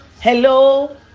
hello